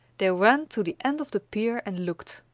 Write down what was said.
they ran to the end of the pier and looked.